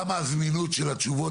כמה הזמינות של התשובות,